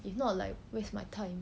if not like waste my time